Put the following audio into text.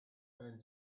found